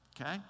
okay